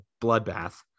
bloodbath